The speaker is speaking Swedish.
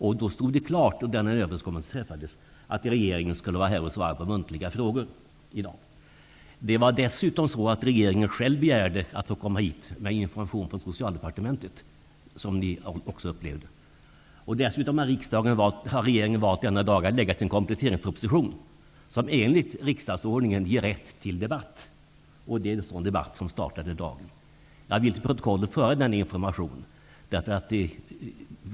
När dagen bestämdes stod det klart att regeringen i dag skulle vara här och svara på muntliga frågor. Dessutom begärde regeringen att få komma hit och lämna information genom socialministern. Regeringen har också valt att denna dag lägga fram sin kompletteringsproposition, som enligt bestämmelser i riksdagsordningen kan leda till debatt.